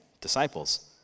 disciples